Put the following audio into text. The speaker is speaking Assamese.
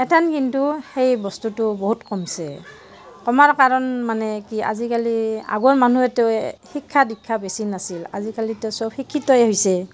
এতিয়া কিন্তু সেই বস্তুটো বহুত কমিছে কমাৰ কাৰণ মানে কি আজিকালি আগৰ মানুহেতো শিক্ষা দীক্ষা বেছি নাছিল আজিকালিতো সব শিক্ষিতই হৈছে